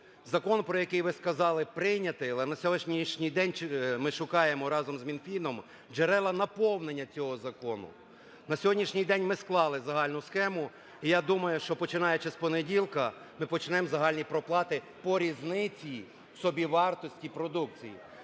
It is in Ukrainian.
Закон, про який ви сказали, прийнятий, але на сьогоднішній день ми шукаємо разом з Мінфіном джерела наповнення цього закону. На сьогоднішній день ми склали загальну схему. І я думаю, що, починаючи з понеділка, ми почнемо загальні проплати по різниці в собівартості продукції.